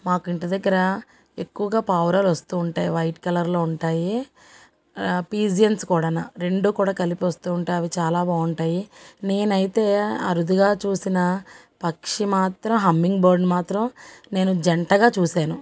మాకు ఇంటి దగ్గర ఎక్కువగా పావురాలు వస్తూ ఉంటాయి వైట్ కలర్లో ఉంటాయి పీజియన్స్ కూడా రెండు కూడా కలిపి వస్తూ ఉంటే అవి చాలా బాగుంటాయి నేనైతే అరుదుగా చూసినా పక్షి మాత్రం హమ్మింగ్ బర్డ్ మాత్రం నేను జంటగా చూశాను